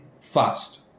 fast